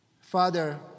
Father